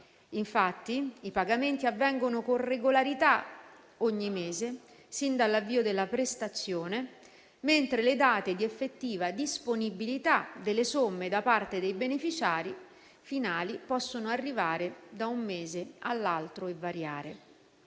Infatti, i pagamenti avvengono con regolarità ogni mese sin dall'avvio della prestazione, mentre le date di effettiva disponibilità delle somme da parte dei beneficiari finali possono arrivare da un mese all'altro e variare.